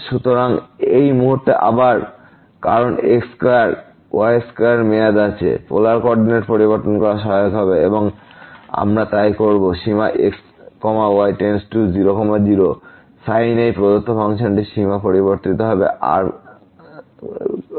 সুতরাং এই মুহুর্তে আবার কারণ x স্কয়ার y স্কয়ার মেয়াদ আছে পোলার ক অরডিনেট পরিবর্তন করা সহায়ক হবে এবং আমরা তাই করব সীমা x y→ 0 0 sin এই প্রদত্ত ফাংশনটি সীমা হিসাবে পরিবর্তিত হবে r0